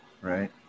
right